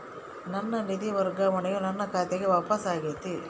ನನ್ನ ನಿಧಿ ವರ್ಗಾವಣೆಯು ನನ್ನ ಖಾತೆಗೆ ವಾಪಸ್ ಆಗೈತಿ